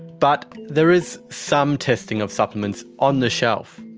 but there is some testing of supplements on the shelf.